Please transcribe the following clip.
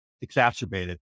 exacerbated